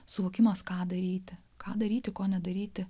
suvokimas ką daryti ką daryti ko nedaryti